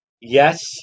yes